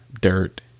dirt